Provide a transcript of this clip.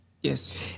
Yes